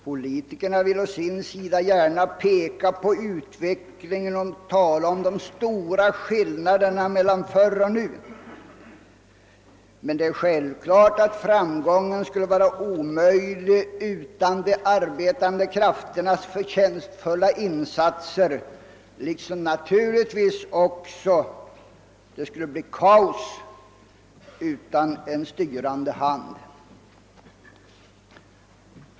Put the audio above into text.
Politikerna vill å sin sida gärna peka på utvecklingen och tala om de stora skillnaderna mellan förr och nu, men framgången skulle omöjligen kunna uppnås utan de arbetande krafternas förtjänstfulla insatser liksom det skulle bli kaos utan en styrande hand.